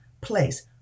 place